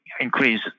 increase